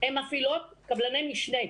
מפעילות קבלני משנה.